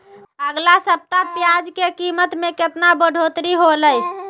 अगला सप्ताह प्याज के कीमत में कितना बढ़ोतरी होलाय?